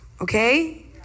Okay